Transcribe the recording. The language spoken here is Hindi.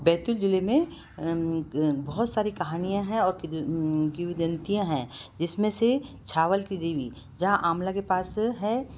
बैतूल ज़िले में बहुत सारी कहानियाँ हैं और किद्वंतियाँ है जिस में से छावल की देवी जहाँ आमला के पास है